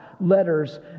letters